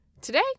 Today